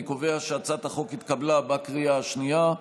אני קובע שהצעת החוק התקבלה בקריאה השנייה.